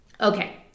Okay